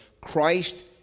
Christ